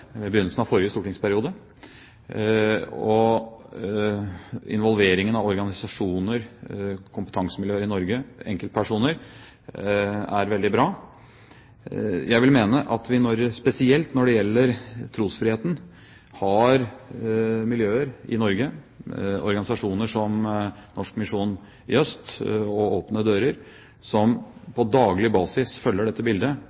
ved begynnelsen av forrige stortingsperiode. Involveringen av organisasjoner, kompetansemiljøer i Norge og enkeltpersoner er veldig bra. Jeg vil mene at vi spesielt når det gjelder trosfriheten, har miljøer i Norge – organisasjoner som Norsk Misjon i Øst og Åpne Dører – som på daglig basis følger dette bildet